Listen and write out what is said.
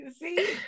see